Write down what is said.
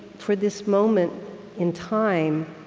for this moment in time,